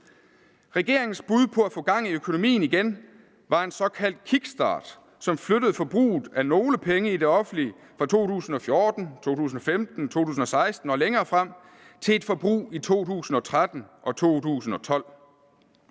Regeringens bud på at få gang i økonomien igen var en såkaldt kickstart, som flyttede forbruget af nogle penge i det offentlige fra 2014, 2015, 2016 og længere frem til et forbrug i 2013 og 2012.